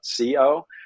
co